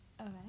Okay